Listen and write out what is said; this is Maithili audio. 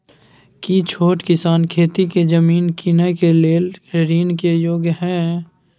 की छोट किसान खेती के जमीन कीनय के लेल ऋण के योग्य हय?